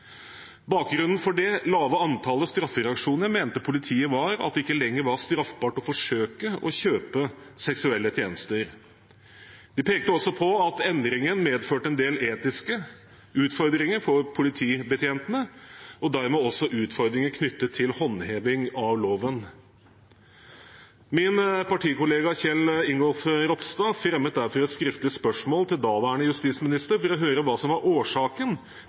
Bakgrunnen for det lave antallet straffereaksjoner mente politiet var at det ikke lenger var straffbart å forsøke å kjøpe seksuelle tjenester. De pekte også på at endringen medførte en del etiske utfordringer for politibetjentene, og dermed også utfordringer knyttet til håndhevingen av loven. Min partikollega Kjell Ingolf Ropstad stilte derfor et skriftlig spørsmål til daværende justisminister for å høre hva som var årsaken